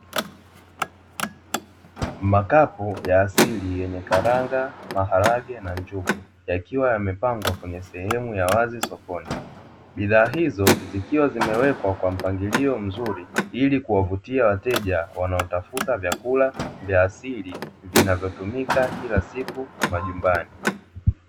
Makapu ya asili yenye karanga, maharage na njugu yakiwa yamepangwa kwenye sehemu ya wazi sokoni, bidhaa hizo zikiwa zimewekwa kwa mpangilio mzuri ili kuwavutia wateja wanaotafuta vyakula vya asili vunavyotumika kila siku majumbani.